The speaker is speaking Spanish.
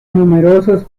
numerosos